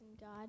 God